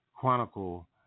Chronicle